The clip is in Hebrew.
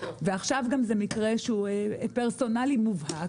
ועכשיו גם זה מקרה שהוא פרסונלי מובהק,